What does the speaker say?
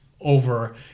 over